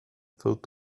filled